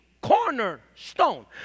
cornerstone